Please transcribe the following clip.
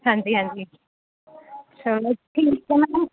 ਹਾਂਜੀ ਹਾਂਜੀ ਚਲੋ ਠੀਕ ਹੈ ਮੈਮ